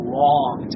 long